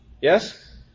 Yes